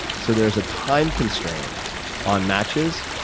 so there's a time constraint on matches,